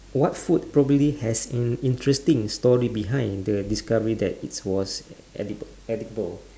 what food probably has an interesting story behind the discovery that it was edible edible